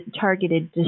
targeted